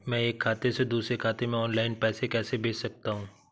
मैं एक खाते से दूसरे खाते में ऑनलाइन पैसे कैसे भेज सकता हूँ?